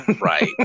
Right